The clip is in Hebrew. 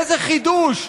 איזה חידוש,